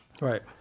Right